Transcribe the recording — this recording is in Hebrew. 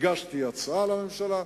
הגשתי הצעה לממשלה,